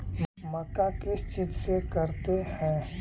मक्का किस चीज से करते हैं?